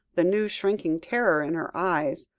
the new, shrinking terror in her eyes.